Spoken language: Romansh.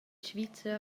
svizra